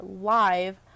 live